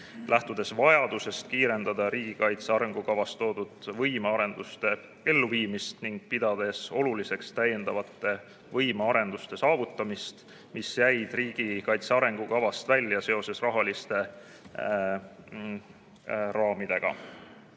lähtudes vajadusest kiirendada riigikaitse arengukavas toodud võimearenduste elluviimist ning pidades oluliseks täiendavate võimearenduste saavutamist, mis jäid riigikaitse arengukavast välja seoses rahaliste raamidega.